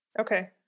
okay